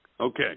Okay